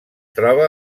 troba